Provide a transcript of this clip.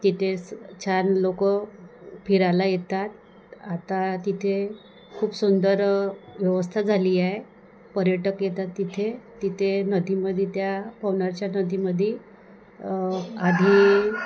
तिथे स छान लोकं फिरायला येतात आता तिथे खूप सुंदर व्यवस्था झाली आहे पर्यटक येतात तिथे तिथे नदीमध्ये त्या पवनारच्या नदीमध्ये आधी